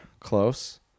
Close